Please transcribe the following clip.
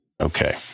Okay